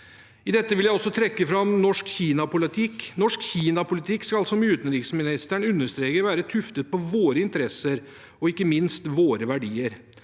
I dette vil jeg også trekke fram norsk Kina-politikk. Norsk Kina-politikk skal, som utenriksministeren understreker, være tuftet på våre interesser og ikke minst våre verdier.